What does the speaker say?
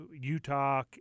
Utah